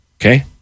okay